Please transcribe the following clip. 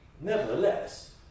Nevertheless